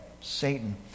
Satan